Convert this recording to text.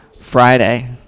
Friday